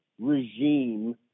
regime